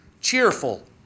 cheerful